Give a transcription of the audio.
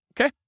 Okay